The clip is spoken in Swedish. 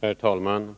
Herr talman!